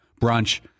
brunch